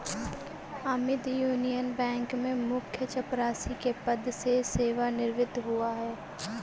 Amit Union Bank में मुख्य चपरासी के पद से सेवानिवृत हुआ है